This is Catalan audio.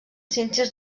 ciències